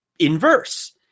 Inverse